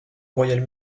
royale